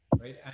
right